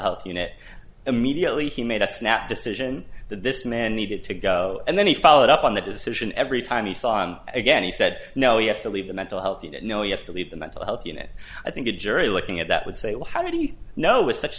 health unit immediately he made a snap decision that this man needed to go and then he followed up on that decision every time he saw him again he said no you have to leave the mental health you know you have to leave the mental health unit i think a jury looking at that would say well how do you know with such